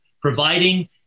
providing